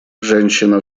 женщина